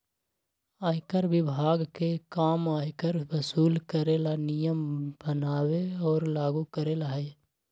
आयकर विभाग के काम आयकर वसूल करे ला नियम बनावे और लागू करेला हई